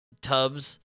tubs